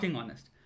honest